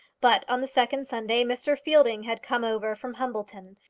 but on the second sunday mr. fielding had come over from humbleton,